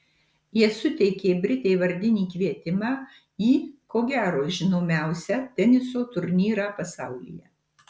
jie suteikė britei vardinį kvietimą į ko gero žinomiausią teniso turnyrą pasaulyje